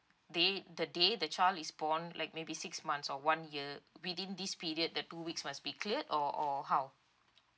day the day the child is born like maybe six months or one year within this period the two weeks must be cleared or or how